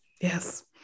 Yes